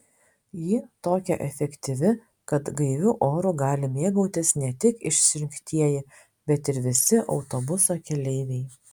ji tokia efektyvi kad gaiviu oru gali mėgautis ne tik išrinktieji bet ir visi autobuso keleiviai